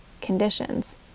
conditions